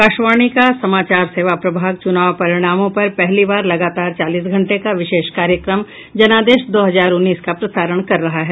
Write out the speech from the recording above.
आकाशवाणी का समाचार सेवा प्रभाग चुनाव परिणामों पर पहली बार लगातार चालीस घंटे का विशेष कार्यक्रम जनादेश दो हजार उन्नीस का प्रसारण कर रहा है